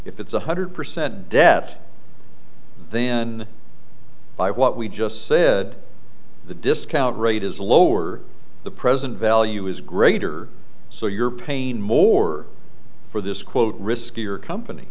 if it's one hundred percent debt then by what we just said the discount rate is lower the present value is greater so you're paying more for this quote riskier company